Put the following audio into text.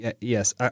Yes